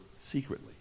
secretly